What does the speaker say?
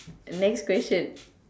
next question